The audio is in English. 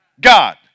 God